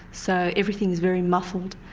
so everything is very muffled.